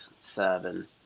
seven